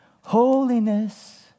Holiness